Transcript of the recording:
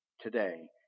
Today